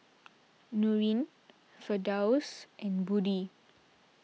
Nurin Firdaus and Budi